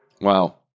Wow